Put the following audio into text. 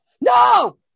no